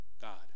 God